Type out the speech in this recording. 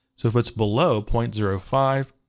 so if it's below point zero five,